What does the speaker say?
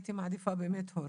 הייתי מעדיפה באמת הורה.